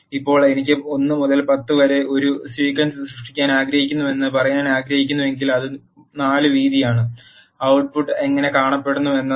ഇപ്പോൾ എനിക്ക് 1 മുതൽ 10 വരെ ഒരു സീക്വൻസ് സൃഷ്ടിക്കാൻ ആഗ്രഹിക്കുന്നുവെന്ന് പറയാൻ ആഗ്രഹിക്കുന്നുവെങ്കിൽ അത് 4 വീതിയാണ് output ട്ട് പുട്ട് എങ്ങനെ കാണപ്പെടുന്നു എന്നതാണ്